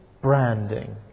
branding